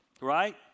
Right